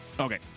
Okay